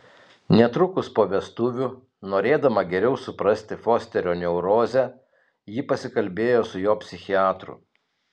netrukus po vestuvių norėdama geriau suprasti fosterio neurozę ji pasikalbėjo su jo psichiatru